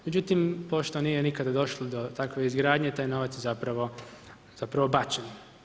Međutim, pošto nije nikad došlo do takve izgradnje, taj novac je zapravo bačen.